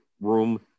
room